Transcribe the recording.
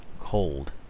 cold